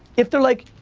if they're like,